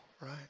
right